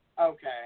Okay